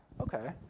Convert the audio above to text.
Okay